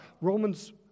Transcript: Romans